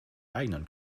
eigenen